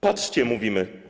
Patrzcie - mówimy.